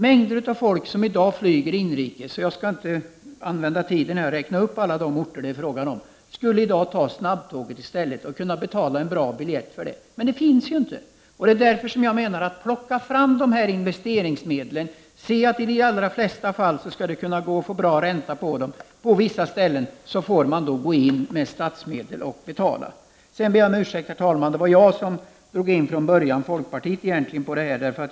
Mängder av folk som i dag flyger inrikes — jag skall inte använda tiden här till att räkna upp alla de sträckor det är fråga om — skulle kunna ta snabbtåget i stället och betala ett bra pris för det. Men det finns inga sådana tåg. Därför menar jag: Plocka fram investeringsmedlen! I de allra flesta fall skall det gå att kunna få bra ränta på dem. På vissa ställen får man sedan gå in med statsmedel. Herr talman! Jag ber om ursäkt, det var jag som från början drog in folkpartiet i detta.